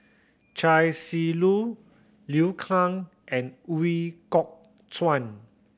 Chia Shi Lu Liu Kang and Ooi Kok Chuen